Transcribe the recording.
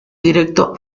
directo